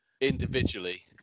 individually